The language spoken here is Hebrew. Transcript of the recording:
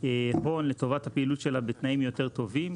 הון לטובת הפעילות שלה בתנאים יותר טובים.